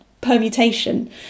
permutation